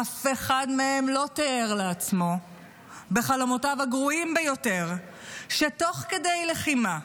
אף אחד מהם לא תיאר לעצמו בחלומותיו הגרועים ביותר שתוך כדי לחימה,